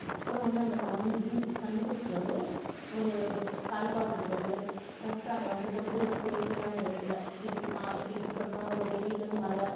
அப்பறம் வந்து அந்த கன் கன்றுக்குட்டிக்கு வந்து ஒரு தாய்ப்பால் கொடுக்கறது நெக்ஸ்ட்டு அதை வந்து கொண் போய் ஒரு சேஃப்டியான இடத்துல எப்படி மா எப்படி எப்படி சொல்கிறதுனா ஒரு வெயில் மழை